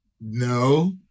No